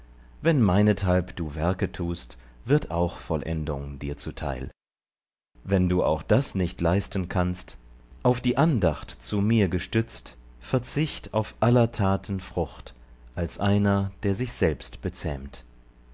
wenn meinethalb du werke tust wird auch vollendung dir zuteil wenn du auch das nicht leisten kannst auf die andacht zu mir gestützt verzicht auf aller taten frucht als einer der sich selbst bezähmt